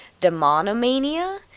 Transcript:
demonomania